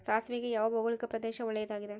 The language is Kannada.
ಸಾಸಿವೆಗೆ ಯಾವ ಭೌಗೋಳಿಕ ಪ್ರದೇಶ ಒಳ್ಳೆಯದಾಗಿದೆ?